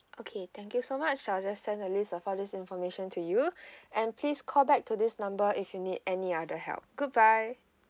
okay thank you so much I'll just send a list of all this information to you and please call back to this number if you need any other help good bye